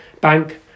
Bank